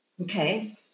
Okay